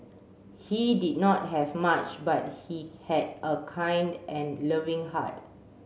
he did not have much but he had a kind and loving heart